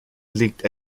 liegt